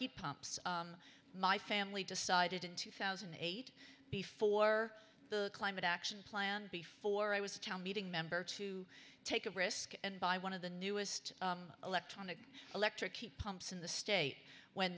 heat pumps my family decided in two thousand and eight before the climate action plan before i was a town meeting member to take a risk and buy one of the newest electronic electric key pumps in the state when